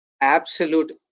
absolute